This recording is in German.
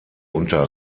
unter